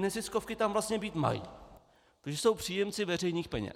neziskovky tam vlastně být mají, protože jsou příjemci veřejných peněz.